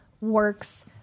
works